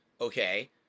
okay